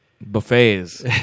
buffets